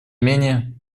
менее